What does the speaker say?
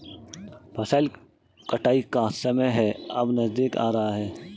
फसल कटाई का समय है अब नजदीक आ रहा है